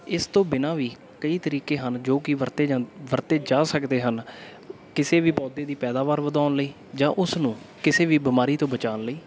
ਇਸ ਤੋਂ ਬਿਨਾਂ ਵੀ ਕਈ ਤਰੀਕੇ ਹਨ ਜੋ ਕਿ ਵਰਤੇ ਜਾ ਵਰਤੇ ਜਾ ਸਕਦੇ ਹਨ ਕਿਸੇ ਵੀ ਪੌਦੇ ਦੀ ਪੈਦਾਵਾਰ ਵਧਾਉਣ ਲਈ ਜਾਂ ਉਸ ਨੂੰ ਕਿਸੇ ਵੀ ਬਿਮਾਰੀ ਤੋਂ ਬਚਾਉਣ ਲਈ